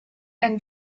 ein